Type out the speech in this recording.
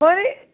बरें